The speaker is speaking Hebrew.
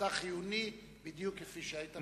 אתה חיוני בדיוק כפי שהיית בהתחלה.